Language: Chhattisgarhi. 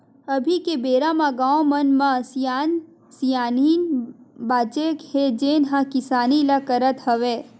अभी के बेरा म गाँव मन म सियान सियनहिन बाचे हे जेन ह किसानी ल करत हवय